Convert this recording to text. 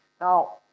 Now